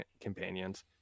companions